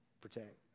Protect